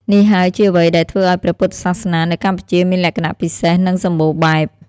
នេះហើយជាអ្វីដែលធ្វើឱ្យព្រះពុទ្ធសាសនានៅកម្ពុជាមានលក្ខណៈពិសេស និងសម្បូរបែប។